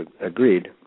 agreed